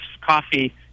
coffee